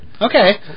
Okay